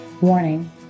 Warning